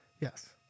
Yes